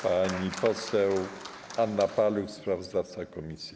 Pani poseł Anna Paluch, sprawozdawca komisji.